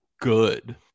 good